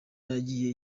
yagiye